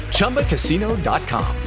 Chumbacasino.com